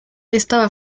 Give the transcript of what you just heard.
estaba